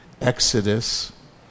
Exodus